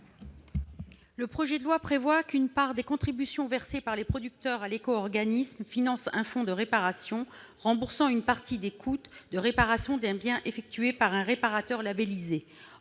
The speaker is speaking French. Le projet de loi prévoit qu'une part des contributions versées par les producteurs à l'éco-organisme finance un fonds de réparation, remboursant une partie des coûts de la réparation d'un bien effectuée par un réparateur labellisé.